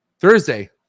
Thursday